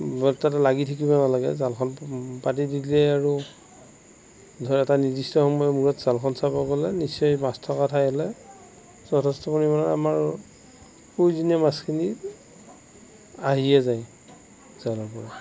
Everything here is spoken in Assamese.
বৰ তাত লাগি থাকিব নালাগে জালখন পাতি দি দিলে আৰু ধৰ এটা নিৰ্দিষ্ট সময়ৰ মূৰত জালখন চাব গ'লে নিশ্চয় মাছ থকা ঠাই হ'লে যথেষ্ট পৰিমাণে আমাৰ প্ৰয়োজনীয় মাছখিনি আহিয়ে যায় জালৰ পৰা